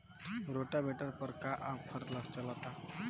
Rotavator पर का offer चलता?